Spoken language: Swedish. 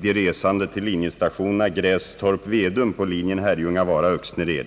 resande i sovvagn till linjestationerna Grästorp—Vedum på linjen Herrljunga—Vara—Öxnered.